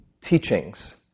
teachings